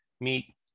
meet